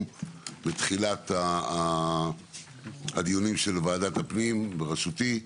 בתחילת הדיונים של ועדת הפנים בראשותי,